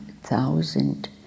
thousand